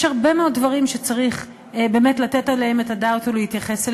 יש הרבה מאוד דברים שצריך באמת לתת עליהם את הדעת ולהתייחס אליהם,